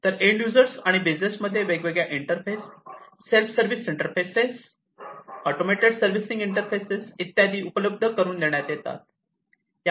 तर end user आणि business मध्ये वेगवेगळ्या interfaces self service interfaces automated servicing interfaces इत्यादी उपलब्ध करून देण्यात येतात